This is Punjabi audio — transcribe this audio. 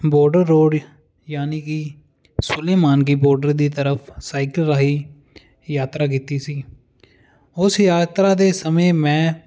ਬੋਰਡਰ ਰੋਡ ਯਾਨੀ ਕਿ ਸੁਲੇਮਾਨਕੀ ਬਾਰਡਰ ਦੀ ਤਰਫ ਸਾਈਕਲ ਰਾਹੀਂ ਯਾਤਰਾ ਕੀਤੀ ਸੀ ਉਸ ਯਾਤਰਾ ਦੇ ਸਮੇਂ ਮੈਂ